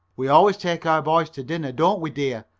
we always take our boys to dinner, don't we, dear?